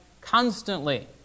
constantly